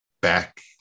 back